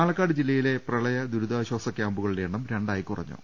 പാലക്കാട് ജില്ലയിലെ പ്രളയ ദുരിതാശ്വാസ ക്യാമ്പുകളുടെ എണ്ണം രണ്ടായി കുറഞ്ഞു